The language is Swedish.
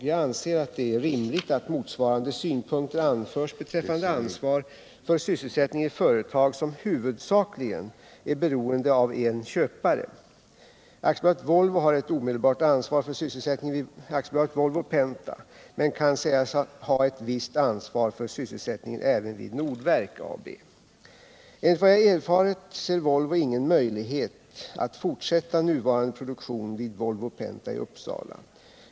Jag anser att det är rimligt att motsvarande synpunkter anförs beträffande ansvar för sysselsättningen i företag som huvudsakligen är beroende av en köpare. AB Volvo har ett omedelbart ansvar för sysselsättningen vid AB Volvo Penta, men kan sägas ha ett visst ansvar för sysselsättningen även vid Nordverk AB. Enligt vad jag erfarit ser Volvo ingen möjlighet att fortsätta nuvarande produktion vid Volvo Penta i Uppsala.